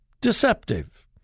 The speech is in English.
deceptive